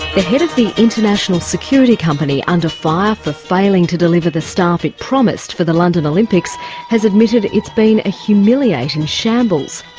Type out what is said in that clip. the head of the international security company under fire for failing to deliver the staff it promised for the london olympics has admitted it's been a humiliating shambles.